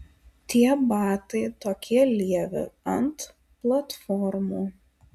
tie batai tokie lievi ant platformų